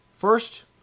First